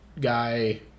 guy